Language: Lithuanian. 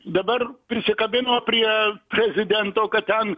dabar prisikabino prie prezidento kad ten